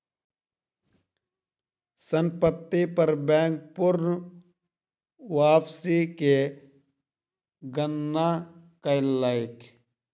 संपत्ति पर बैंक पूर्ण वापसी के गणना कयलक